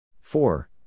Four